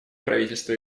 правительства